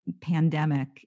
pandemic